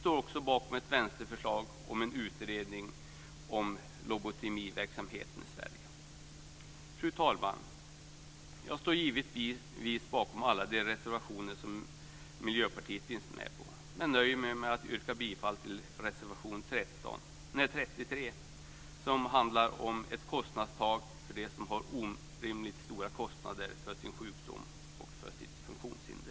Och vi står bakom ett vänsterförslag om en utredning om lobotomiverksamheten i Sverige. Fru talman! Jag står givetvis bakom alla de reservationer som Miljöpartiet är med på men nöjer mig med att yrka bifall till reservation 33 som handlar om ett kostnadstak för dem som har orimligt stora kostnader för sin sjukdom eller för sitt funktionshinder.